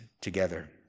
together